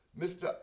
Mr